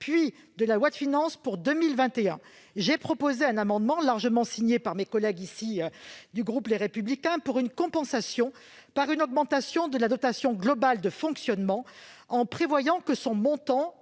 et de la loi de finances pour 2021, j'ai proposé un amendement, largement cosigné par mes collègues du groupe Les Républicains, visant à instaurer une compensation par une augmentation de la dotation globale de fonctionnement, en prévoyant que son montant